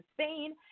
spain